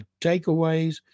takeaways